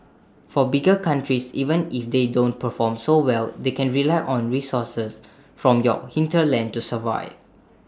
for bigger countries even if they don't perform so well they can rely on the resources from your hinterland to survive